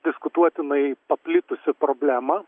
diskutuotinai paplitusią problemą